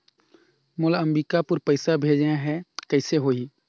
मोला अम्बिकापुर पइसा भेजना है, कइसे होही?